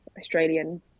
Australian